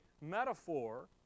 metaphor